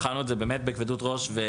באמת בחנו את זה בכובד ראש ובדיונים.